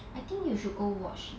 i think you should go watch